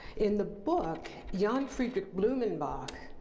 in the book, johann friedrich blumenbach,